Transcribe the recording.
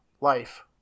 Life